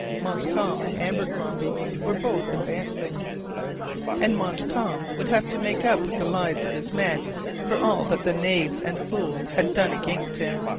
montcalm and abercromby were both advancing and montcalm would have to make up with the lives of his men for all that the knaves and fools had done against him.